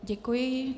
Děkuji.